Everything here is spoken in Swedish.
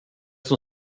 som